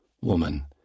Woman